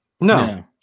no